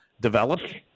developed